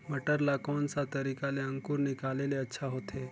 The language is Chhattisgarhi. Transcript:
मटर ला कोन सा तरीका ले अंकुर निकाले ले अच्छा होथे?